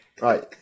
Right